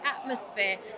atmosphere